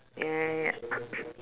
ya ya